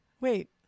Wait